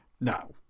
Now